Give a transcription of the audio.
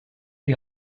die